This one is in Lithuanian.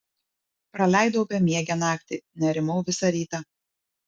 praleidau bemiegę naktį nerimau visą rytą